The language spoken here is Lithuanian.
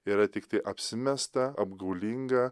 yra tiktai apsimesta apgaulinga